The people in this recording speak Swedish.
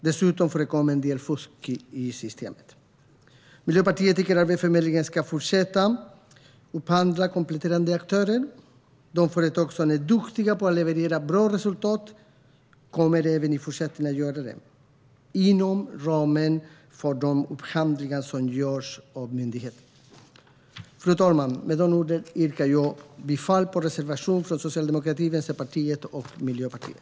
Dessutom förekom en del fusk i systemet. Miljöpartiet tycker att Arbetsförmedlingen ska fortsätta att upphandla kompletterande aktörer. De företag som är duktiga på att leverera bra resultat kommer även i fortsättningen att göra det inom ramen för de upphandlingar som görs av myndigheten. Fru talman! Med de orden yrkar jag bifall till reservationen från Socialdemokraterna, Vänsterpartiet och Miljöpartiet.